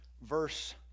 verse